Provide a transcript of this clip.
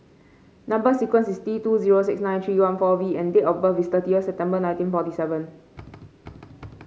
number sequence is T two zero six nine three one four V and date of birth is thirtieth September nineteen forty seven